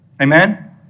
Amen